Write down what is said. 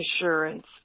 insurance